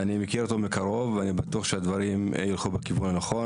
אני מכיר אותו מקרוב ואני בטוח שהדברים ילכו בכיוון הנכון